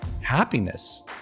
happiness